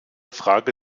frage